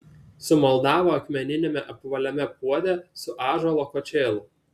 sumaldavo akmeniniame apvaliame puode su ąžuolo kočėlu